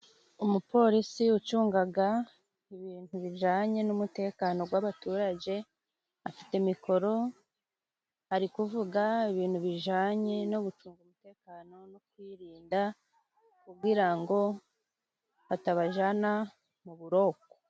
Umupolisi ucungaga ibintu bijanye n'umutekano gw'abaturage, afite mikoro ari kuvuga ibintu bijanye no gucunga umutekano no kwirinda kugira ngo batabajana mu buroko.